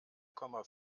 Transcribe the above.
komma